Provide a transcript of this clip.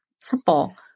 simple